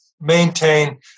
maintain